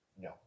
No